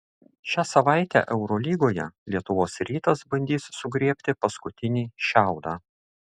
šią savaitę eurolygoje lietuvos rytas bandys sugriebti paskutinį šiaudą